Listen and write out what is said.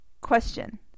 Question